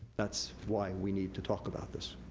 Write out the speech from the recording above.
that's why we need to talk about this.